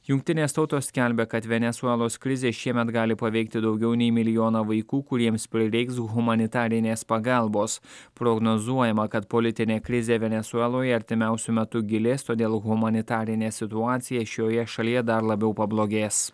jungtinės tautos skelbia kad venesuelos krizė šiemet gali paveikti daugiau nei milijoną vaikų kuriems prireiks humanitarinės pagalbos prognozuojama kad politinė krizė venesueloje artimiausiu metu gilės todėl humanitarinė situacija šioje šalyje dar labiau pablogės